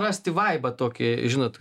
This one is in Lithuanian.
rasti vaibą tokį žinot